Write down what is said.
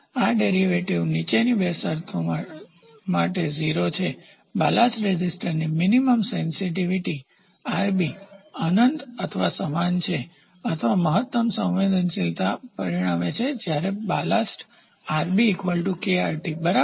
આ ડેરિવેટિવ નીચેના બે શરતો માટે 0 છે બાલાસ્ટ ટેઝીસ્ટન્સ ની મીનીમમ સેન્સીટીવીટી અનંત અથવા સમાન છે અથવા મહત્તમ સંવેદનશીલતા પરિણામ જ્યારે બાલાસ્ટ બરાબર